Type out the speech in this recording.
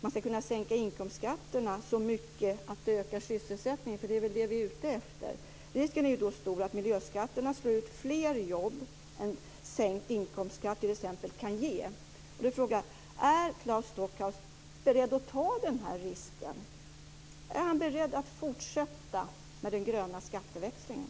man ska kunna sänka inkomstskatterna så mycket att det ökar sysselsättningen. Det är väl det som vi är ute efter. Det är då stor risk att miljöskatterna slår ut fler jobb än t.ex. sänkt inkomstskatt kan ge. Jag vill fråga: Är Claes Stockhaus beredd att ta den här risken? Är han beredd att fortsätta med den gröna skatteväxlingen?